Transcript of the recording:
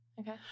Okay